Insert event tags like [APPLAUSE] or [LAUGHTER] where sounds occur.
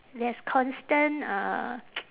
there's constant uh [NOISE]